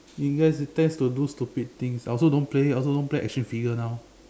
you girls tends to do stupid things I also don't play I also don't play action figure now